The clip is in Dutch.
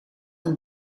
een